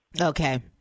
Okay